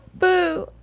boo